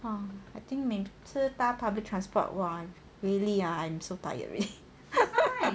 !wah! I think 每次搭 public transport !wah! really ah I'm so tired already